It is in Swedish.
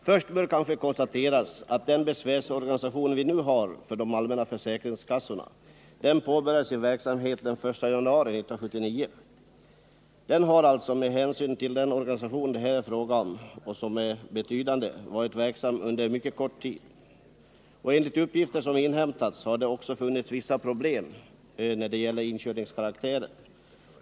Först bör kanske konstateras att den besvärsorganisation vi nu har för de allmänna försäkringskassorna påbörjade sin verksamhet den 1 januari 1979. Den har alltså, med hänsyn till den organisation det är fråga om och som är betydande, varit verksam under en kort tid. Enligt uppgifter som inhämtats har det också funnits vissa problem av inkörningskaraktär.